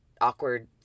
awkward